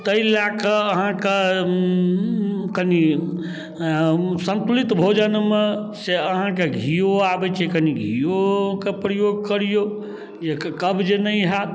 ताहि लऽ कऽ अहाँके कनि सन्तुलित भोजनमे से अहाँके घीओ आबै छै कनि घीओके प्रयोग करिऔ जे कब्ज नहि हैत